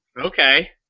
Okay